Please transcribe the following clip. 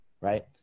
right